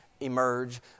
emerge